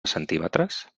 centímetres